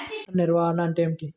పంట నిర్వాహణ అంటే ఏమిటి?